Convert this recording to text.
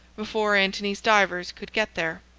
before antony's divers could get there.